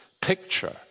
picture